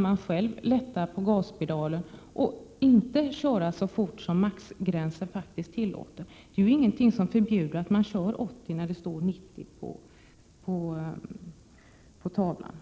Om man värnar om miljön, kan man lätta på gaspedalen och inte köra så fort som hastighetsgränsen faktiskt tillåter. Det är ingenting som förbjuder att man kör 80 km/tim när det står 90 på skylten.